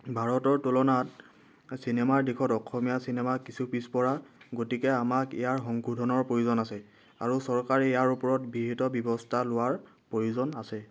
ভাৰতৰ তুলনাত চিনেমাৰ দিশত অসমীয়া চিনেমা কিছু পিছ পৰা গতিকে আমাক ইয়াৰ সংশোধনৰ প্ৰয়োজন আছে আৰু চৰকাৰে ইয়াৰ ওপৰত বিহিত ব্যৱস্থা লোৱাৰ প্ৰয়োজন আছে